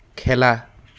খেলা